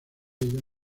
ella